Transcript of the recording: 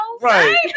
Right